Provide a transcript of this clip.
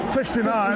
69